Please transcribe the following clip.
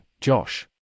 Josh